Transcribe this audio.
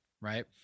right